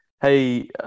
hey